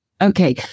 Okay